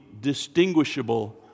distinguishable